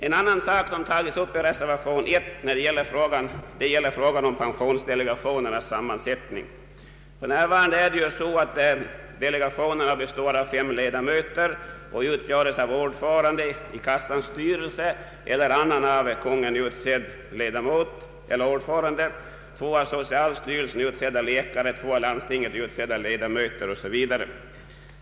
Ett annat problem som tagits upp i reservationen 1 gäller frågan om pensionsdelegationernas sammansättning. För närvarande består dessa delegationer av fem ledamöter vilka utgörs av ordföranden i kassans styrelse eller annan av Kungl. Maj:t utsedd ordförande samt två av socialstyrelsen utsedda läkare och två av landstinget utsedda 1edamöter.